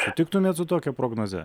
sutiktumėt su tokia prognoze